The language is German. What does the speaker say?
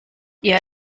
ihr